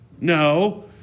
No